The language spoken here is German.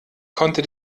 konnte